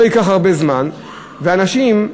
לא ייקח הרבה זמן, ואנשים,